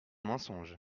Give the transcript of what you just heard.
mensonge